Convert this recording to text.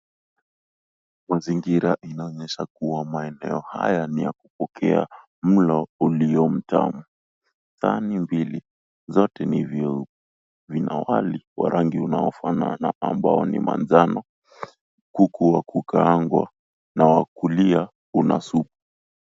Mazingira inaonyesha kuwa maeneo haya ni ya kupokea mlo ulio mtamu. Sahani mbili zote ni vioo. Vina wali wa rangi unaofanana ambao ni manjano huku wa kukaangwa na wa kulia una supu.